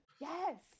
Yes